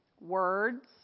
Words